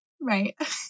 Right